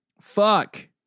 Fuck